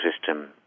system